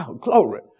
glory